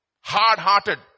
hard-hearted